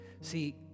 See